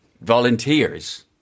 volunteers